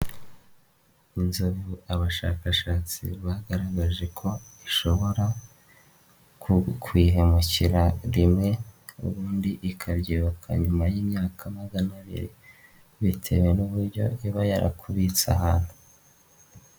Inzovu abashakashatsi bagaragaje ko ishobora kuyihemukira rimwe, ubundi ikabyibuka nyuma y'imyaka magana abiri, bitewe n'uburyo iba yarakubitse ahantu.